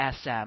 SM